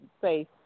safe